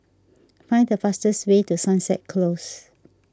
find the fastest way to Sunset Close